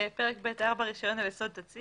ב'4 הוא פרק קצר.